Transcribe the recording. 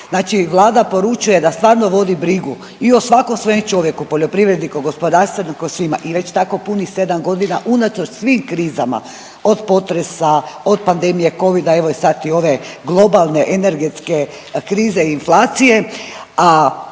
Znači Vlada poručuje da stvarno vodi brigu i o svakom svojem čovjeku, poljoprivredniku, gospodarstveniku, o svima i već tako punih 7.g. unatoč svim krizama od potresa, od pandemije covida, evo i sad i ove globalne energetske krize i inflacije,